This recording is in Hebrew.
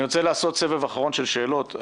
אני רוצה לעשות סבב אחרון של שאלות.